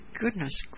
goodness